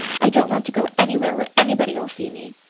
i don't want to go anywhere where anybody'll see me.